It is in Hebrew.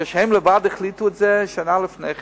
כאשר הם החליטו את אותה החלטה שנה קודם,